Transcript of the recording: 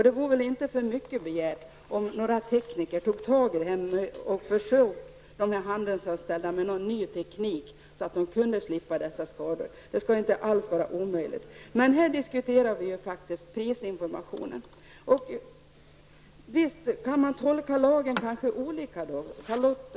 Det är väl inte för mycket begärt att några tekniker skall ta tag i detta och förse de handelsanställda med någon ny teknik så att de kan slippa dessa skador. Det borde inte vara omöjligt. Men här diskuterar vi faktiskt prisinformationen. Visst kan man tolka lagen olika.